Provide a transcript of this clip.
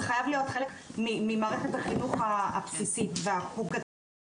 זה חייב להיות חלק ממערכת החינוך הבסיסית והחוקתית